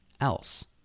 else